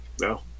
no